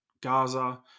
Gaza